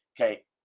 okay